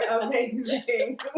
amazing